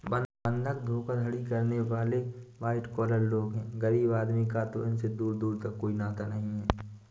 बंधक धोखाधड़ी करने वाले वाइट कॉलर लोग हैं गरीब आदमी का तो इनसे दूर दूर का कोई नाता नहीं है